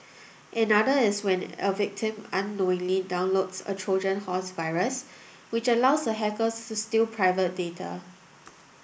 another is when a victim unknowingly downloads a Trojan horse virus which allows a hacker to steal private data